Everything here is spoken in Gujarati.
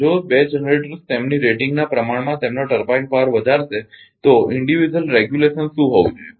જો બે જનરેટર્સ તેમની રેટિંગના પ્રમાણમાં તેમનો ટર્બાઇન પાવર વધારશે તો વ્યક્તિગત નિયમન શું હોવું જોઈએ